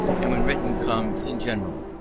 and when written come, in general,